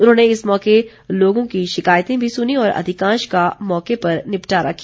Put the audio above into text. उन्होंने इस मौके लोगों की शिकायतें भी सुनीं और अधिकांश का मौके पर निपटारा किया